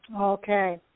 Okay